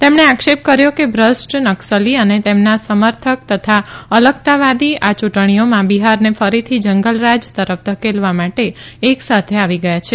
તેમણે આક્ષેપ કર્યો કે ભ્રષ્ટ નકસલી અને તેમના સમર્થક તથા અલગતાવાદી આ ચૂંટણીઓમાં બિહારને ફરીથી જંગલરાજ તરફ ધકેલવા માટે એકસાથે આવી ગયા છે